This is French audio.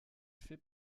fait